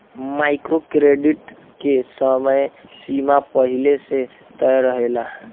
micro credit के समय सीमा पहिले से तय रहेला